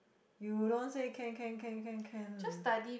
you don't say can can can can can